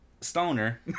stoner